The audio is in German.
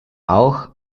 auch